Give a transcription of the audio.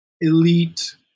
elite